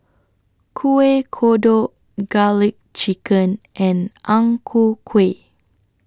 Kueh Kodok Garlic Chicken and Ang Ku Kueh